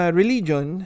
religion